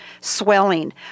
swelling